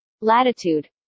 latitude